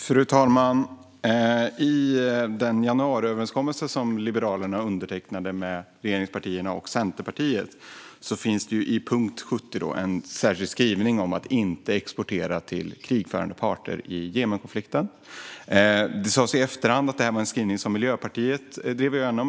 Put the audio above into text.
Fru talman! I den januariöverenskommelse som Liberalerna undertecknade tillsammans med regeringspartierna och Centerpartiet finns det, i punkt 70, en särskild skrivning om att inte exportera till krigförande parter i Jemenkonflikten. Det sas i efterhand att det var en skrivning som Miljöpartiet drev igenom.